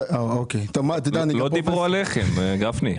לא דיברו עליכם, גפני.